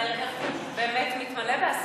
באמת מתמלא בעסקים.